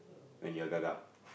when you're gagap